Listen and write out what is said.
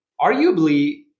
Arguably